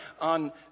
on